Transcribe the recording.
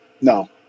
No